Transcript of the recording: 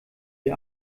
die